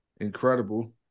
incredible